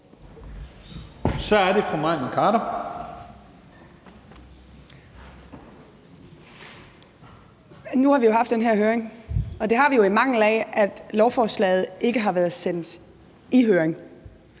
Mai Mercado (KF): Nu har vi jo haft den her høring, og det har vi, fordi lovforslaget ikke har været sendt i høring.